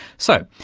so,